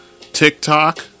TikTok